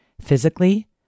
physically